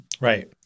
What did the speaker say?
Right